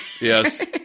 Yes